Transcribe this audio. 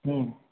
হুম